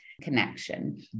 connection